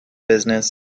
business